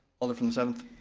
alder from the seventh.